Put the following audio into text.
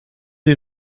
est